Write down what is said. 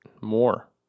more